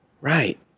Right